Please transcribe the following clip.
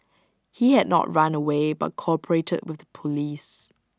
he had not run away but cooperated with the Police